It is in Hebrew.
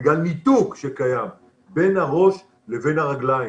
בגלל ניתוק שקיים בין הראש לבין הרגליים.